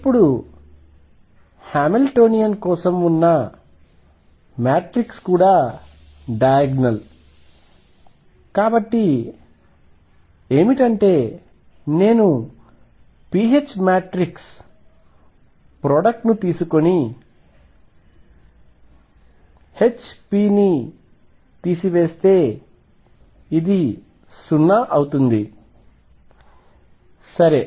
ఇప్పుడు హామిల్టోనియన్ కోసం ఉన్న మాట్రిక్స్ కూడా డయాగ్నల్ కాబట్టి ఏమిటంటే నేను pH మాట్రిక్స్ ప్రొడక్ట్ ను తీసుకొని Hp ని తీసివేస్తే ఇది 0 అవుతుంది సరే